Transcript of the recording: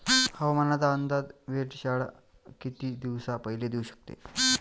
हवामानाचा अंदाज वेधशाळा किती दिवसा पयले देऊ शकते?